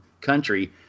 country